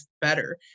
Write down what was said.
better